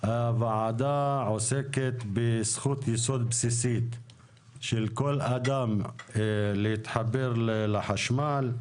הוועדה עוסקת בזכות ייסוד בסיסית של כל אדם להתחבר לחשמל,